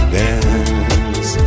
dance